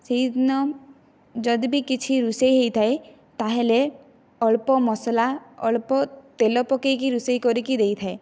ସେହିଦିନ ଯଦି ବି କିଛି ରୋଷେଇ ହୋଇଥାଏ ତା'ହେଲେ ଅଳ୍ପ ମସଲା ଅଳ୍ପ ତେଲ ପକାଇକି ରୋଷେଇ କରିକି ଦେଇଥାଏ